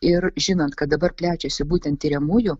ir žinant kad dabar plečiasi būtent tiriamųjų